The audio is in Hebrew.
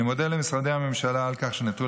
אני מודה למשרדי הממשלה על כך שנעתרו